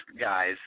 guys